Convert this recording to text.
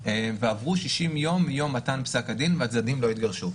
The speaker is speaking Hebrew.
ועברו 60 יום מיום מתן פסק הדין והצדדים לא התגרשו.